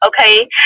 okay